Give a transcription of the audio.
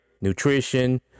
nutrition